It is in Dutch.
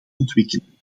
ontwikkeling